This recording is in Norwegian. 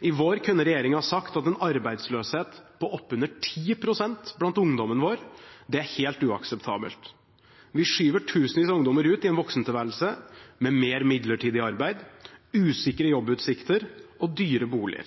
I vår kunne regjeringen ha sagt at en arbeidsløshet på oppunder 10 pst. blant ungdommen vår er helt uakseptabelt. Vi skyver tusenvis av ungdommer ut i en voksentilværelse med mer midlertidig arbeid, usikre jobbutsikter og dyre boliger.